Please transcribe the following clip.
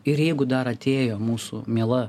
ir jeigu dar atėjo mūsų miela